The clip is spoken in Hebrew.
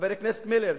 חבר הכנסת מילר,